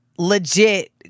legit